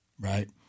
right